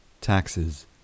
taxes